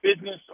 business